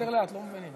יותר לאט, לא מבינים.